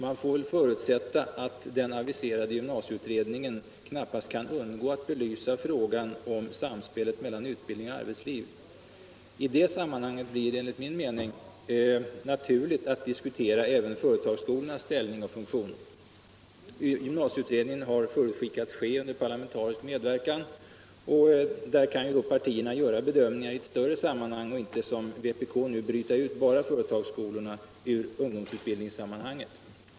Man får förutsätta att den aviserade gymnasieutredningen knappast kan undgå att belysa frågan om samspelet mellan utbildning och arbetsliv. I det sammanhanget blir det enligt min mening naturligt att diskutera även företagsskolornas ställning och funktion. Gymnasieutredningen har förutskickats ske under parlamentarisk medverkan. Där kan då partierna göra bedömningar i ett större sammanhang och inte som vpk nu bryta ut bara företagsskolorna ur ungdomsutbildningssammanhanget.